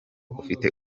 ufite